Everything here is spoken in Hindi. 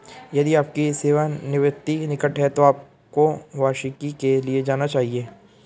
यदि आपकी सेवानिवृत्ति निकट है तो आपको वार्षिकी के लिए जाना चाहिए